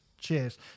cheers